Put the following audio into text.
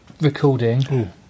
recording